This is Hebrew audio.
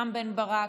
רם בן ברק,